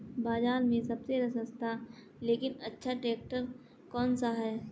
बाज़ार में सबसे सस्ता लेकिन अच्छा ट्रैक्टर कौनसा है?